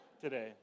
today